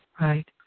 right